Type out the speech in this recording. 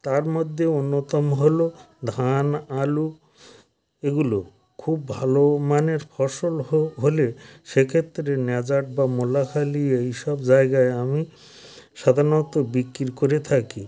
তার মধ্যে অন্যতম হলো ধান আলু এগুলো খুব ভালো মানের ফসল হলে সেক্ষেত্রে ন্যাজাট বা মোলাখালি এইসব জায়গায় আমি সাধারণত বিক্রি করে থাকি